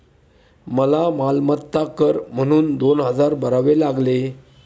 मला मालमत्ता कर म्हणून दोन हजार भरावे लागले